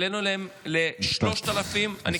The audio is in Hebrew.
העלינו להם ל-3,750 שקלים.